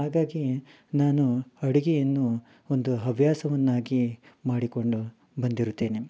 ಹಾಗಾಗಿ ನಾನು ಅಡುಗೆಯನ್ನು ಒಂದು ಹವ್ಯಾಸವನ್ನಾಗಿ ಮಾಡಿಕೊಂಡು ಬಂದಿರುತ್ತೇನೆ